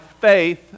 faith